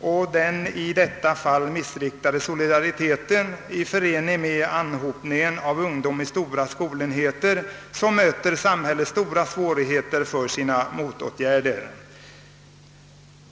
och den i detta fall missriktade solidariteten i förening med anhopningen av ungdom i stora skolenheter förstår man att samhället kommer att möta stora svårigheter när det skall sätta in motåtgärder.